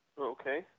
Okay